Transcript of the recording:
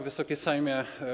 Wysoki Sejmie!